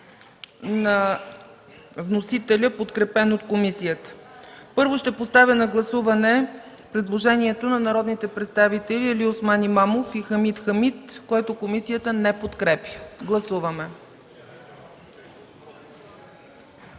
на чл. 8 в редакцията на вносителя, подкрепена от комисията. Първо ще поставя на гласуване предложението на народните представители Алиосман Имамов и Хамид Хамид, което комисията не подкрепя. Гласуваме.